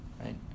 right